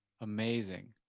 amazing